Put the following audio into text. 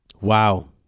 Wow